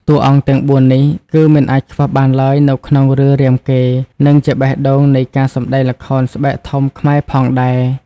តួអង្គទាំងបួននេះ គឺមិនអាចខ្វះបានឡើយនៅក្នុងរឿងរាមកេរ្តិ៍ និងជាបេះដូងនៃការសម្ដែងល្ខោនស្បែកធំខ្មែរផងដែរ ។